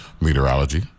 meteorology